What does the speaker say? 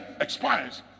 expires